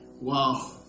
Wow